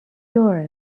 doris